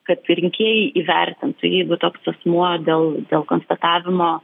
kad rinkėjai įvertintų jeigu toks asmuo dėl dėl konstatavimo